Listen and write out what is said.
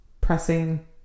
pressing